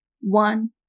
one